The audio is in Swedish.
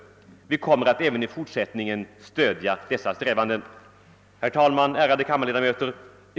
Vi kommer att även i fortsättningen stödja dessa strävanden.» Herr talman! Ärade kammarledamöter!